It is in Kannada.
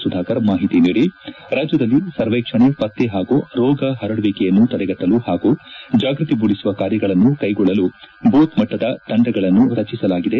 ಸುಧಾಕರ್ ಮಾಹಿತಿ ನೀಡಿ ರಾಜ್ಯದಲ್ಲಿ ಸರ್ವೇಕ್ಷಣೆ ಪತ್ತೆ ಹಾಗೂ ರೋಗ ಹರಡುವಿಕೆಯನ್ನು ತಡೆಗಟ್ಟಲು ಹಾಗೂ ಜಾಗೃತಿ ಮೂಡಿಸುವ ಕಾರ್ಯಗಳನ್ನು ಕೈಗೊಳ್ಳಲು ಬೂತ್ ಮಟ್ಟದ ತಂಡಗಳನ್ನು ರಚಿಸಲಾಗಿದೆ